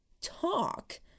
Talk